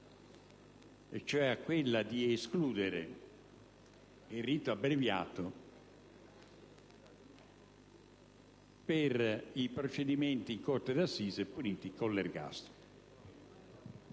precisa: quella di escludere il rito abbreviato per i procedimenti in corte d'assise puniti con l'ergastolo.